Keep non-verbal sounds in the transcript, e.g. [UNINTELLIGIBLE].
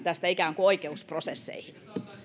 [UNINTELLIGIBLE] tästä koskaan oikeusprosesseihin